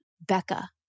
becca